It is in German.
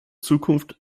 zukunft